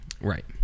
Right